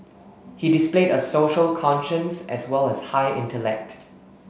he displayed a social conscience as well as high intellect